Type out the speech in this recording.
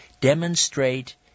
demonstrate